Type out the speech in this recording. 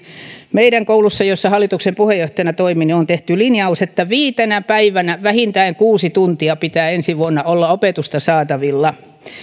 meidän koulussa jossa hallituksen puheenjohtajana toimin on tehty linjaus että viitenä päivänä vähintään kuusi tuntia pitää ensi vuonna olla opetusta saatavilla